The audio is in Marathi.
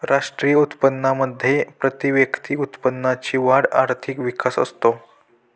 राष्ट्रीय उत्पन्नामध्ये प्रतिव्यक्ती उत्पन्नाची वाढ आर्थिक विकास असतो